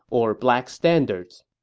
or black standards